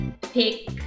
pick